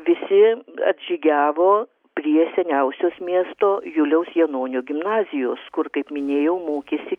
visi atžygiavo prie seniausios miesto juliaus janonio gimnazijos kur kaip minėjau mokėsi